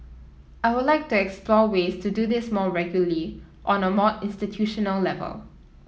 I would like to explore ways to do this more regularly on a more institutional level